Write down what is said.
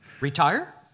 Retire